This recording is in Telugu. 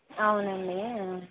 అవునండి